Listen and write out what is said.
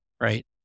right